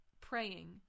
praying